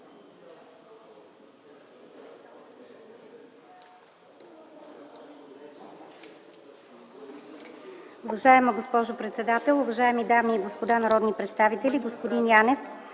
Уважаема госпожо председател, уважаеми дами и господа народни представители! Господин Янев,